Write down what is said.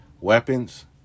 weapons